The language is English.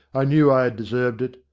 i knew i had deserved it,